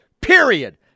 Period